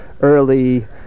early